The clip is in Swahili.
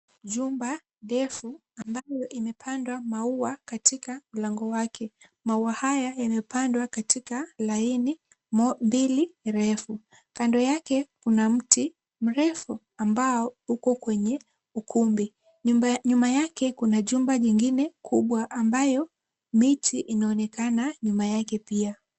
Jumba ndefu ambalo limepandwa maua katika mlango wake. Maua haya yamepandwa katika line mbili refu. Kando yake kuna mti mrefu ambao uko kwenye ukumbi. Nyuma yake kuna jumba jingine kubwa ambalo miti inaonekana nyuma yake pia.